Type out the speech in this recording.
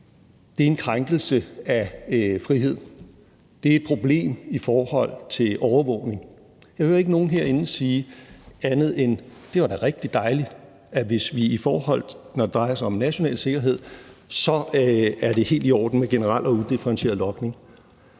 det er en krænkelse af friheden; at det er et problem i forhold til overvågning. Jeg hører ikke nogen herinde sige andet, end at det da er rigtig dejligt, at det, når det drejer sig om national sikkerhed, er helt i orden med generel og udifferentieret logning.